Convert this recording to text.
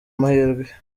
amahirwe